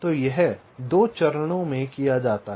तो यह 2 चरणों में किया जाता है